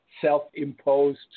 self-imposed